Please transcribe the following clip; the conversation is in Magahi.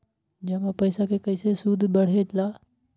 जमा पईसा के कइसे सूद बढे ला?